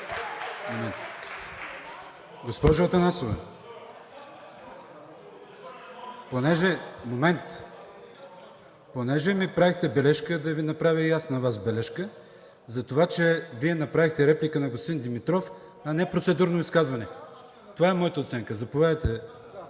Госпожо Атанасова, понеже ми направихте бележка, да Ви направя и аз на Вас бележка, за това, че Вие направихте реплика на господин Димитров, а не процедурно изказване. Това е моята оценка. ДЕСИСЛАВА